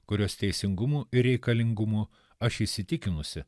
kurios teisingumu ir reikalingumu aš įsitikinusi